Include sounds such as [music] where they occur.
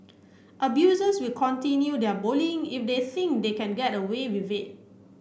abusers will continue their bullying if they think they can get away [unintelligible]